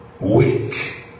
weak